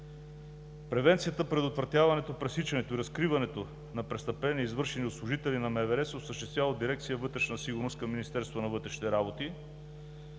Превенцията, предотвратяването, пресичането и разкриването на престъпления, извършени от служители на МВР, се осъществява от дирекция „Вътрешна